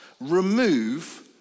remove